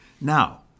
Now